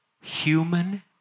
human